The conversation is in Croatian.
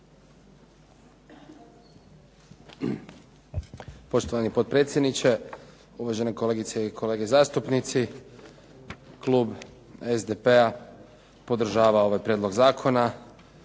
Poštovani potpredsjedniče, uvažene kolegice i kolege zastupnici. Klub SDP-a podržava ovaj prijedlog zakona,